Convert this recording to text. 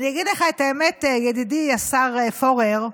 אגיד לך את האמת, ידידי השר פורר,